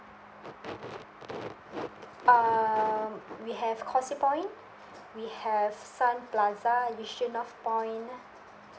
um we have causeway point we have sun plaza and yew tee north point